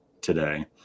today